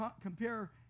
compare